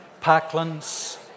Parkland's